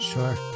Sure